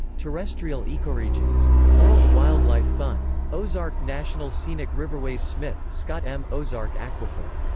terrestrial ecoregions. world wildlife fund. ozark national scenic riverways smith, scott m. ozark aquifer.